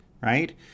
right